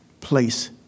place